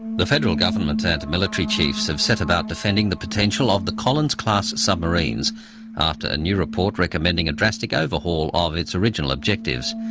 the federal government and military chiefs have set about defending the potential of the collins class submarines after a new report recommending a drastic overhaul of its original objectives.